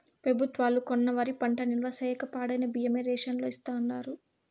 పెబుత్వాలు కొన్న వరి పంట నిల్వ చేయక పాడైన బియ్యమే రేషన్ లో ఇస్తాండారు